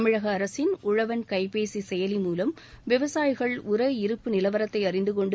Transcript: தமிழக அரசின் உழவள் கைபேசி செயலி மூலம் விவசாயிகள் உர இருப்பு நிலவரத்தை அறிந்து கொன்டு